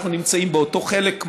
אנחנו נמצאים באותו חלק,